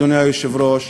אדוני היושב-ראש,